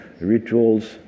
rituals